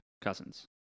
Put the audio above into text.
cousins